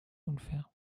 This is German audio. unfair